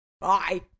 Bye